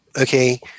Okay